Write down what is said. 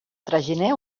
traginer